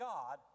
God